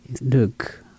look